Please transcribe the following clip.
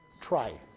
try